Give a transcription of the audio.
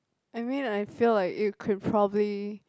I mean I feel like you could probably